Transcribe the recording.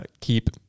keep